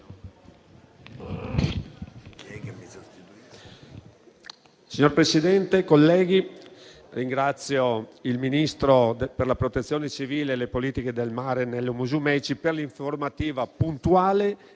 Signor Presidente, colleghi, ringrazio il ministro per la protezione civile e le politiche del mare Nello Musumeci per l'informativa puntuale